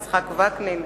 יצחק וקנין,